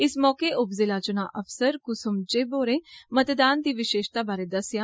इस मौके उपजिला चुना अफसर कुसुम चिब होरें मतदान दी विषेशता बारै दस्सेआ